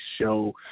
show